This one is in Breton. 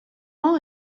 mañ